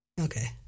Okay